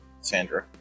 Sandra